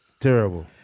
Terrible